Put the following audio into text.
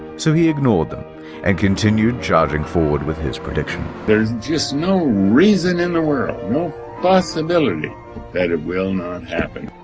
so he ignored them and continued charging forward with his prediction. there's just no reason in the world, no possibility that it will not happen.